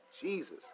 Jesus